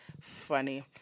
Funny